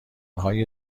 های